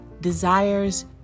desires